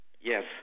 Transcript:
Yes